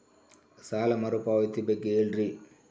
ಸಾಲ ಮರುಪಾವತಿ ಬಗ್ಗೆ ಹೇಳ್ರಿ?